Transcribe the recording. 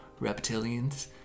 reptilians